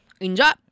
Inja